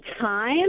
time